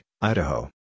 Idaho